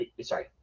sorry